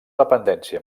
dependència